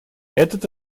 этот